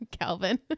Calvin